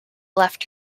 left